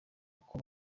uko